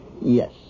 Yes